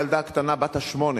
הילדה הקטנה בת השמונה,